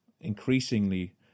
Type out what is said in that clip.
increasingly